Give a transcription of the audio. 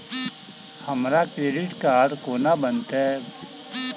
हमरा credit card कोना बनतै?